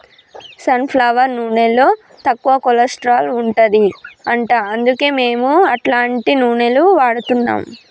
sun flower నూనెలో తక్కువ cholesterol ఉంటది అంట అందుకే మేము అట్లాంటి నూనెలు వాడుతున్నాం